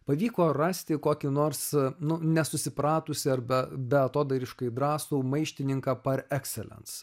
pavyko rasti kokį nors nu nesusipratusį arba beatodairiškai drąsų maištininką par ekselens